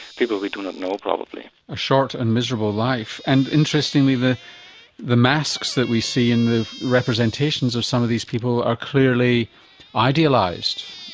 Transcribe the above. people we do not know probably. a short and miserable life and, interestingly, the the masks that we see in the representations of some of these people are clearly idealised,